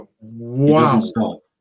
Wow